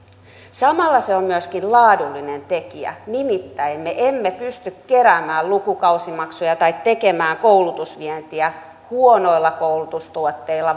samalla se on myöskin laadullinen tekijä nimittäin me emme pysty keräämään lukukausimaksuja tai tekemään koulutusvientiä huonoilla koulutustuotteilla